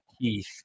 Keith